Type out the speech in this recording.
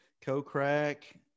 co-crack